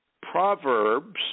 Proverbs